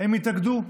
הם התאגדו,